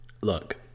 look